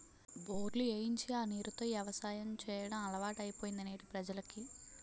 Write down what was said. బోర్లు ఏయించి ఆ నీరు తో యవసాయం అలవాటైపోయింది నేటి ప్రజలకి